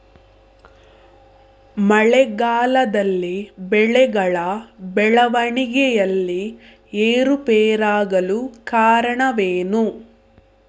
ಮಳೆಗಾಲದಲ್ಲಿ ಬೆಳೆಗಳ ಬೆಳವಣಿಗೆಯಲ್ಲಿ ಏರುಪೇರಾಗಲು ಕಾರಣವೇನು?